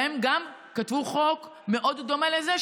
שהם גם כתבו חוק מאוד דומה לזה,